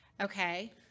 Okay